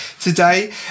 today